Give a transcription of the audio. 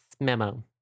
memo